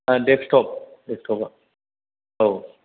डेक्सच टप डेक्सच टपाव औ